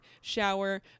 shower